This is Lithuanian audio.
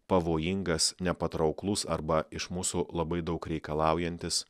pavojingas nepatrauklus arba iš mūsų labai daug reikalaujantis